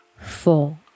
four